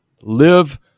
live